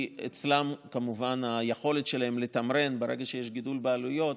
כי כמובן היכולת שלהן לתמרן ברגע שיש גידול בעלויות